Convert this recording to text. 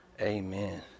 Amen